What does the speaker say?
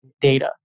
data